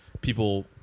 people